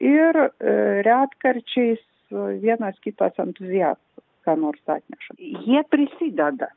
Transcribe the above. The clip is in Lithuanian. ir retkarčiais vienas kitas entuziastas ką nors atneša jie prisideda